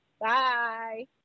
bye